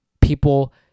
people